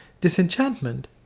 Disenchantment